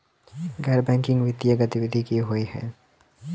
गैर बैंकिंग वित्तीय गतिविधि की होइ है?